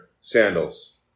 sandals